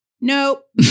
Nope